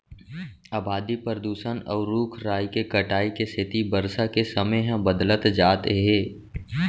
अबादी, परदूसन, अउ रूख राई के कटाई के सेती बरसा के समे ह बदलत जात हे